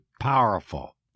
powerful